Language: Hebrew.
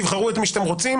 תבחרו את מי שאתם רוצים,